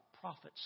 prophets